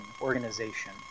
organization